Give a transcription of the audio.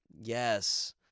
Yes